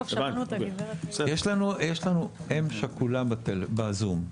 יש לנו אם שכולה בזום,